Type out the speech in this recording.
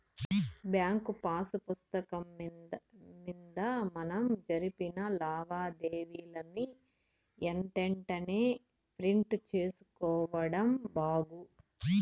bank pass పుస్తకం మింద మనం జరిపిన లావాదేవీలని ఎంతెంటనే ప్రింట్ సేసుకోడం బాగు